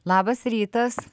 labas rytas